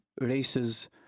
races